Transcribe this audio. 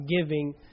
giving